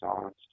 songs